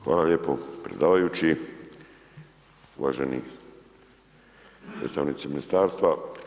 Hvala lijepo predsjedavajući, uvaženi predstavnici ministarstva.